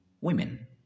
women